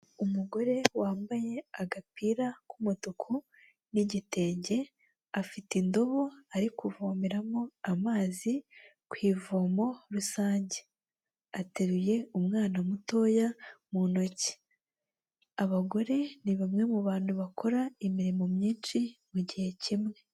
Umugore wambaye agapira k'umutuku n'igitenge, afite indobo ari kuvomeramo amazi ku ivomo rusange, ateruye umwana mutoya mu ntoki, abagore ni bamwe mu bantu bakora imirimo myinshi mu gihe kimwe.